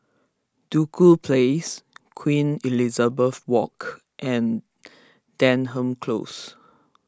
Duku Place Queen Elizabeth Walk and Denham Close